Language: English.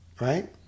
right